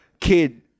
Kid